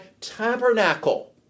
tabernacle